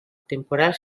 temporal